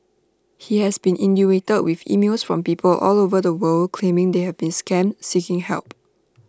he has been inundated with emails from people all over the world claiming they have been scammed seeking help